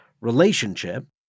relationship